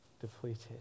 depleted